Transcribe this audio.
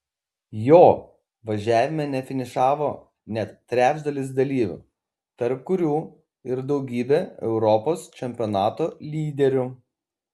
jo važiavime nefinišavo net trečdalis dalyvių tarp kurių ir daugybė europos čempionato lyderių